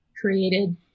created